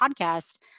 podcast